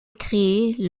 créée